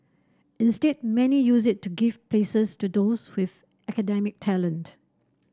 instead many use it to give places to those with academic talent